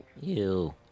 Ew